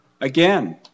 again